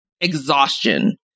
exhaustion